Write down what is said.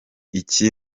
iki